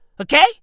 Okay